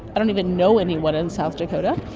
i don't even know anyone in south dakota,